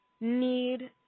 need